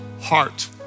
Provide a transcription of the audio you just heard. heart